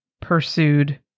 pursued